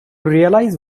realize